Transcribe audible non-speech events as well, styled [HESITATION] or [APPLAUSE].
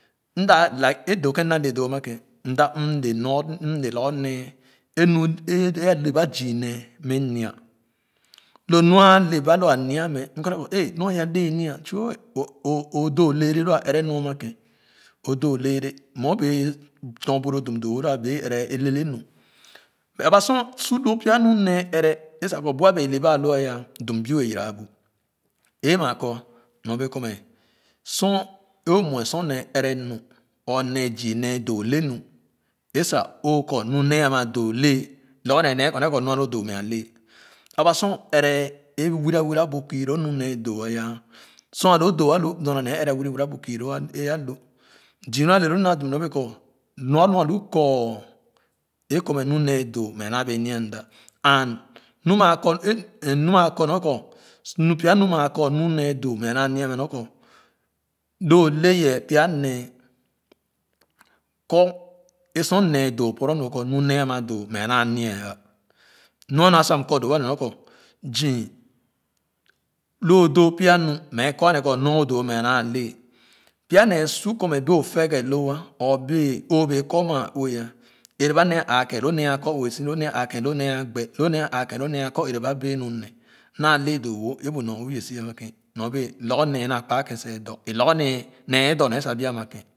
M ala wke é doo ama kén m da m le mo lorgor nee é ue é le ba zii nee mɛ nya lo mu ãã le ba lo a nya mɛ m kɔ a ne kɔ é lo aya le nya tui o o [HESITATION] da leɛce lo a ɛrɛ nu ama kèn o doo leɛɛ mo obee tɔr bu lo dum doo wo lo a bee ɛra leele nu mɛ aba so su mi pya nee ɛrɛ sa ko bu a bee le a lo aya dum biu a yira bu é ma kɔ myor bee kɔ mɛ sor é nwe sor nee ɛrɛ nu or a nee zii nee doo le nu a sa o kɔ nu nee a ma doo lɛɛ lorgor nee nee kɔ nee kɔ nee kɔ nu a lo doo le aba sor ɛrɛ é wiira-wirra bu é kii nu nee doo ayah sor a lo doo a lo dor na nee é ɛrɛ wirra-wirra bu kiiloo alo zii nu ale loo m da dum nɔn bee kɔ lu wa lu kɔ é kɔ mɛ nu nee doo ma a naa bee nya a da and nu maa kɔ [HESITATION] nu nee doo mɛ a naa nya mɛ nɔr kɔ lo o le yɛɛ pya nee kɔ é sor nee doo poro nu [HESITATION] kɔ nu nee a ma doo mɛ a naa nya ah mi a nwa sa m kɔ doo-wo kɔ zii lo o doo pie nu mɛ kɔ a nee kɔ nu o doo amia mɛ a naa lɛɛ pya nee su kɔ mɛ bee o feeghe loo ah or bee o kɔ maa ue ɛra ba nee aKèn ned a kɔ ue si lo nee aakèn lo nee a gbee lo nee aakèn lo nee a kɔ ɛrɛba bee nu ne naa le doo wo é bu nyor-ue é bee si ama kèn naa le doo wo nyor bee lorgor nee naa kpaa-kèn see dɔ é lorgor nee ne dɔ nagle sa bia kèn.